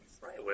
Right